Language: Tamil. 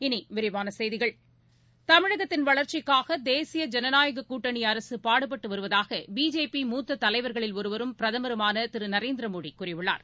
இனிவிரிவானசெய்திகள் தமிழகத்தின் வளா்ச்சிக்காகதேசிய ஜனநாயககூட்டணிஅரசுபாடுபட்டுவருவதாகபிஜேபி முத்தத் தலைவர்களில் ஒருவரும் பிரதமருமானதிருநரேந்திரமோடிகூறியுள்ளார்